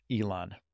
Elon